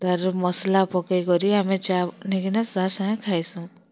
ତାର୍ ମସଲା ପକେଇକରି ଆମେ ଚା ବନେଇକିନା ତା ସାଙ୍ଗେ ଖାଇସୁଁ